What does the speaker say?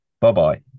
Bye-bye